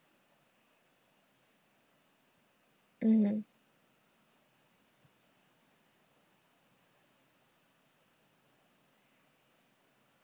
mm